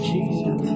Jesus